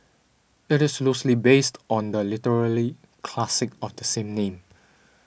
it is loosely based on the literary classic of the same name